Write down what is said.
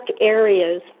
areas